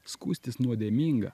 skųstis nuodėminga